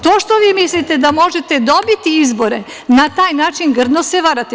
To što vi mislite da možete dobiti izbore na taj način, grdno se varate.